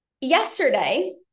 yesterday